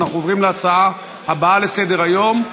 אנחנו עוברים להצעה הבאה לסדר-היום,